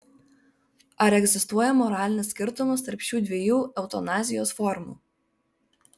ar egzistuoja moralinis skirtumas tarp šių dviejų eutanazijos formų